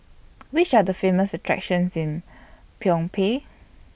Which Are The Famous attractions in Phnom Penh